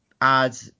add